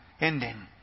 ending